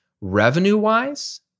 Revenue-wise